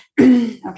Okay